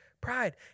pride